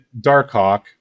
Darkhawk